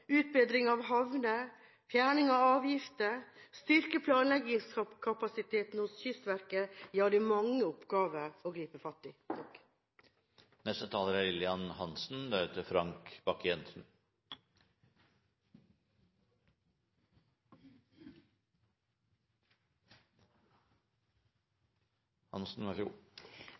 utbedring av havner, fjerning av avgifter, styrking av planleggingskapasiteten hos Kystverket – ja, det er mange oppgaver å gripe fatt i.